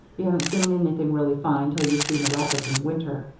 you haven't seen anything really fine till you've seen the rapids in winter.